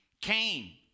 Cain